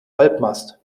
halbmast